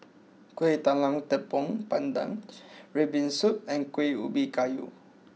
Kueh Talam Tepong Pandan Red Bean Soup and Kuih Ubi Kayu